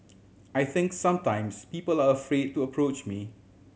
I think sometimes people are afraid to approach me